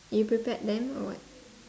you prepared them or what